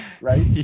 right